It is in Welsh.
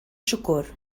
siwgr